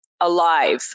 alive